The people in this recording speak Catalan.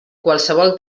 qualsevol